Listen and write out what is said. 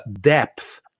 depth